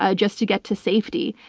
ah just to get to safety.